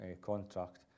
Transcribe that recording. contract